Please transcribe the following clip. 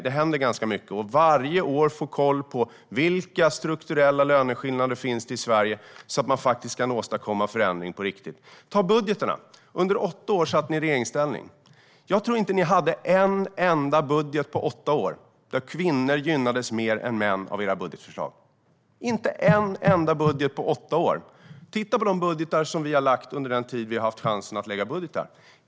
Det händer ganska mycket, och att varje år få koll på vilka strukturella löneskillnader som finns i Sverige gör att man faktiskt kan åstadkomma förändringar på riktigt. Vi kan ta budgetarna som ett annat exempel. Under åtta år satt ni i regeringsställning. Jag tror inte att ni hade en enda budget på åtta år där kvinnor gynnades mer än män av era förslag - inte en enda budget på åtta år. Titta på de budgetar som vi har lagt under den tid vi har haft chansen att lägga budgetar!